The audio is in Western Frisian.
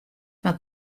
wat